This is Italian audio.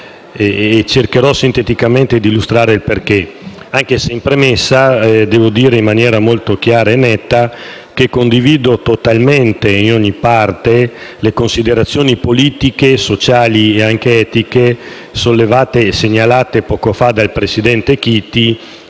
E cercherò sinteticamente di illustrarne il motivo, anche se in premessa devo dire, in maniera molto chiara e netta, che condivido totalmente e in ogni parte le considerazioni politiche, sociali e anche etiche sollevate e segnalate poco fa dal presidente Chiti,